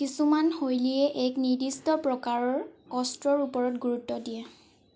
কিছুমান শৈলীয়ে এক নিৰ্দিষ্ট প্ৰকাৰৰ অস্ত্ৰৰ ওপৰত গুৰুত্ব দিয়ে